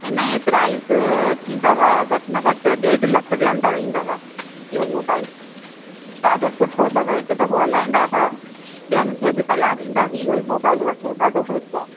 इन ई प्राईज़ थींदव घटि में घटि ॾेढ लख जे अंदरि ईंदव इहो मोबाइल ॾाढो सुठो अथव हिकु दफ़ो हलाईंदा त ॿियनि खे बि सलाहु ॾींदा कि इहो ई मोबाइल वठो ॾाढो बढ़िया